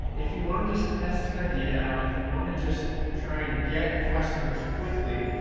if you want to just test an idea out, if you want to just try and get customers quickly,